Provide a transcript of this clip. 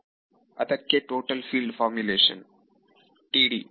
ವಿದ್ಯಾರ್ಥಿ ಅದಕ್ಕೆ total field ಹೌದು ಟೋಟಲ್ ಫೀಲ್ಡ್ ಫಾರ್ಮುಲೇಶನ್ ವಿದ್ಯಾರ್ಥಿ Td